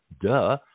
Duh